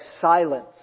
silence